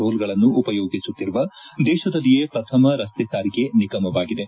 ರೋಲ್ಗಳನ್ನು ಉಪಯೋಗಿಸುತ್ತಿರುವ ದೇಶದಲ್ಲಿಯೇ ಪ್ರಥಮ ರಸ್ತೆ ಸಾರಿಗೆ ನಿಗಮವಾಗಿದೆ